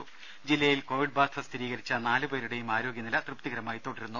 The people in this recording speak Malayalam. ദേദ ജില്ലയിൽ കോവിഡ് ബാധ സ്ഥിരീകരിച്ച നാലുപേരുടെയും ആരോഗ്യനില തൃപ്തികരമായി തുടരുന്നു